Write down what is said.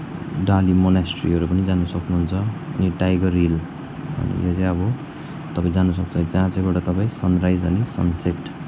डाली मोनस्ट्रीहरू पनि जान सक्नुहुन्छ अनि टाइगर हिल अनि यो चाहिँ अब तपाईँ जान सक्छ जहाँ चाहिँ बाट तपाईँ सनराइज अनि सनसेट